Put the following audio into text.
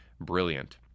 Brilliant